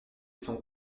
son